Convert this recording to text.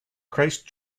christ